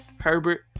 Herbert